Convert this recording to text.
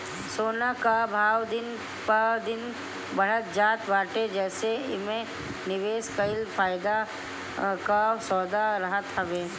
सोना कअ भाव दिन प दिन बढ़ते जात बाटे जेसे एमे निवेश कईल फायदा कअ सौदा रहत हवे